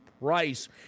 price